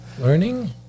learning